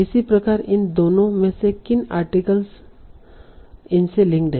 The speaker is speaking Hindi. इसी प्रकार इन दोनों में से किन आर्टिकल्स इनसे लिंक हैं